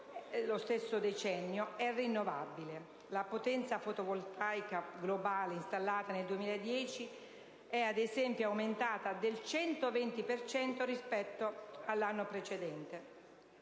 è rinnovabile. La potenza fotovoltaica globale installata nel 2010 è, ad esempio, aumentata del 120 per cento rispetto all'anno precedente.